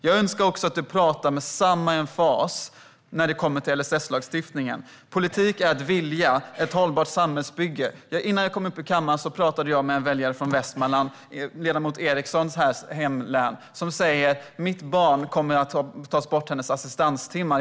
Jag önskar att du talar med samma emfas när det kommer till LSS-lagstiftningen. Politik är att vilja och att skapa ett hållbart samhällsbygge. Innan jag kom in i kammaren talade jag med en väljare från Västmanland, ledamot Erikssons hemlän, som sa om sitt barn: De kommer att ta bort hennes assistanstimmar.